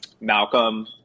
Malcolm